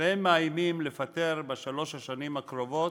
והם מאיימים לפטר בשלוש השנים הקרובות